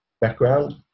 background